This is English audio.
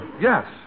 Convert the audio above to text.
yes